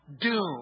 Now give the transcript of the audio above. doom